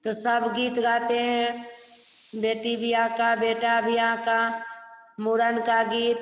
तो सब गीत गाते हैं बेटी बियाह का बेटा बियाह का मूड़न का गीत